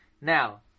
Now